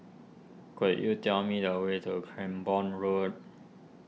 could you tell me the way to Cranborne Road